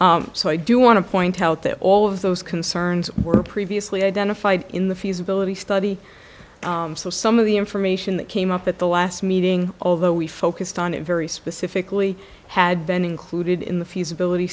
so i do want to point out that all of those concerns were previously identified in the feasibility study so some of the information that came up at the last meeting although we focused on it very specifically had been included in the feasibility